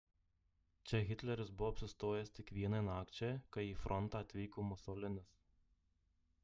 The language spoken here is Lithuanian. čia hitleris buvo apsistojęs tik vienai nakčiai kai į frontą atvyko musolinis